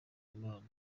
imana